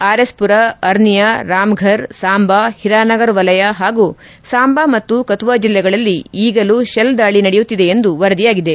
ಆರ್ಎಸ್ಪುರ ಅರ್ನಿಯಾ ರಾಮ್ಫರ್ ಸಾಂಬ ಹಿರಾನಗರ್ ವಲಯ ಹಾಗೂ ಸಾಂಬಾ ಮತ್ತು ಕತುವಾ ಜಿಲ್ಲೆಗಳಲ್ಲಿ ಈಗಲೂ ಶೆಲ್ ದಾಳಿ ನಡೆಯುತ್ತಿದೆ ಎಂದು ವರದಿಯಾಗಿದೆ